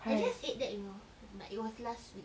I just ate that you know but it was last week